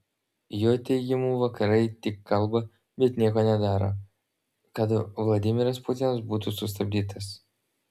jo teigimu vakarai tik kalba bet nieko nedaro kad vladimiras putinas būtų sustabdytas